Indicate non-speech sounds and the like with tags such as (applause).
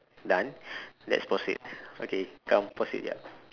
done (breath) let's pause it okay come pause it ya